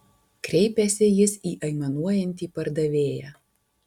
kreipėsi jis į aimanuojantį pardavėją